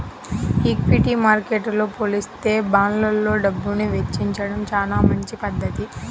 equity మార్కెట్టుతో పోలిత్తే బాండ్లల్లో డబ్బుని వెచ్చించడం చానా మంచి పధ్ధతి